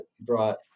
brought